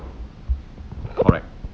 correct